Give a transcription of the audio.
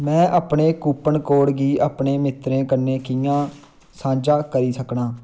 में अपने coupon code गी अपने मित्तरें कन्नै कि'यां सांझा करी सकनां